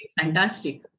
fantastic